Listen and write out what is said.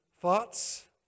thoughts